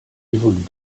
évoluent